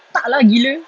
tak lah gila